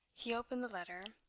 he opened the letter,